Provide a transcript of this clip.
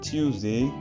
Tuesday